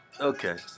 Okay